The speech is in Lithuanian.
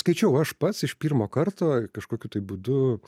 skaičiau aš pats iš pirmo karto kažkokiu tai būdu